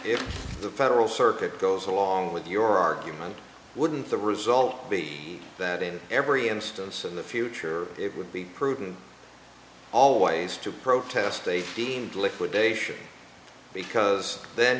if the federal circuit goes along with your argument wouldn't the result be that in every instance in the future it would be prudent always to protest a deemed liquidation because then